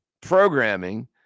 programming